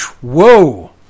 Whoa